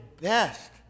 best